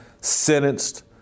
sentenced